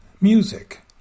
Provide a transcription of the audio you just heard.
Music